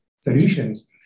solutions